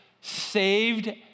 saved